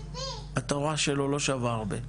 התורה שלו לא שווה הרבה,